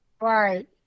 Right